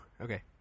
okay